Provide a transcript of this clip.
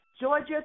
Georgia